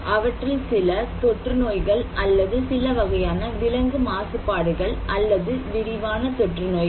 அவற்றில் சில தொற்றுநோய்கள் அல்லது சில வகையான விலங்கு மாசுபாடுகள் அல்லது விரிவான தொற்றுநோய்கள்